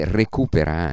recupera